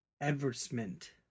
Advertisement